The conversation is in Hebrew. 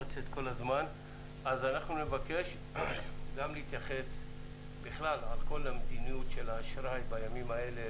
אז אנחנו נבקש גם להתייחס על כל המדיניות של האשראי בימים האלה,